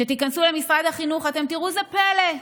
כשתיכנסו למשרד החינוך, אתם תראו זה פלא,